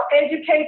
educate